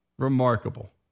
Remarkable